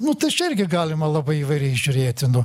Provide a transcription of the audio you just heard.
nu tai čia irgi galima labai įvairiai žiūrėti nu